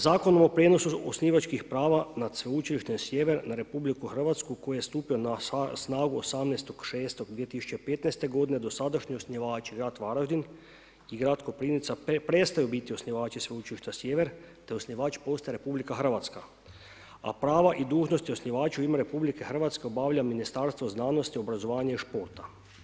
Zakonom o prijenosu osnivačkih prava nad Sveučilištem Sjever na RH koji je stupio na snagu 18.6.2015. godine dosadašnji osnivači, Grad Varaždin i Grad Koprivnica prestaju biti osnivači Sveučilišta Sjever te osnivač postaje RH, a prava i dužnosti osnivaču u ime RH obavlja Ministarstvo znanosti, obrazovanja i športa.